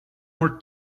more